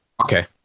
Okay